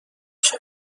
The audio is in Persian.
فوق